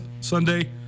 Sunday